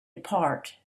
apart